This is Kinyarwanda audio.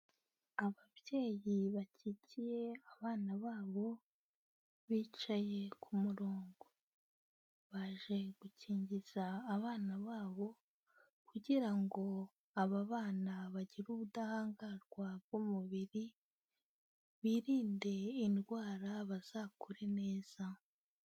Ababyeyi bakikiye abana babo, bicaye ku murongo, baje gukingiza abana babo kugira ngo aba bana bagire ubudahangarwa bw'umubiri, birinde indwara bazakure neza.